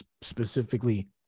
specifically